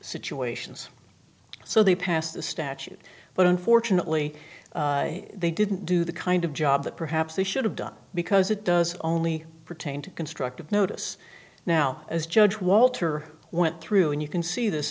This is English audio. situations so they passed the statute but unfortunately they didn't do the kind of job that perhaps they should have done because it does only pertain to constructive notice now as judge walter went through and you can see this